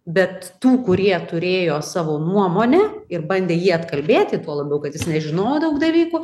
bet tų kurie turėjo savo nuomonę ir bandė jį atkalbėti tuo labiau kad jis nežinojo daug dalykų